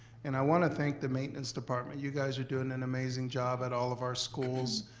and i wanna thank the maintenance department. you guys are doing an amazing job at all of our schools.